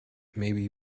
maybe